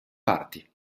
parti